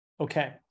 Okay